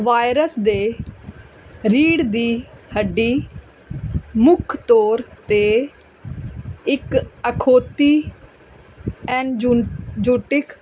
virus ਦੇ ਰੀੜ੍ਹ ਦੀ ਹੱਡੀ ਮੁੱਖ ਤੌਰ 'ਤੇ ਇੱਕ ਅਖੌਤੀ ਐਨਜ਼ੂੰਜੂਟਿਕ